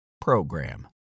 PROGRAM